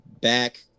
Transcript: back